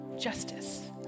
Justice